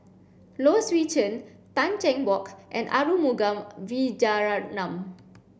Low Swee Chen Tan Cheng Bock and Arumugam Vijiaratnam